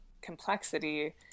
complexity